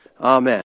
Amen